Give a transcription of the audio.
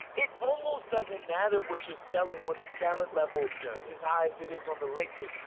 it almost doesn't matter which is selling. when the talent level is his eyes, it is on the lakers.